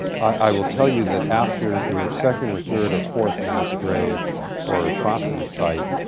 i will tell you that after your second or third or fourth mass grave or atrocity site,